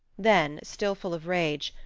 then, still full of rage,